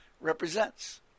represents